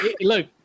Look